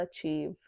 achieve